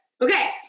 Okay